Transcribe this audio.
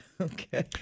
Okay